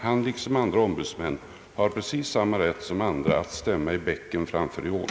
Han liksom andra ombudsmän har precis samma rätt att hellre stämma i bäcken än i ån.